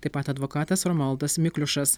taip pat advokatas romualdas mikliušas